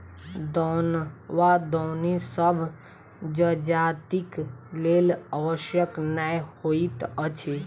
दौन वा दौनी सभ जजातिक लेल आवश्यक नै होइत अछि